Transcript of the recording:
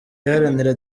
iharanira